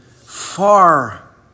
far